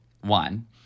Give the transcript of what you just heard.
one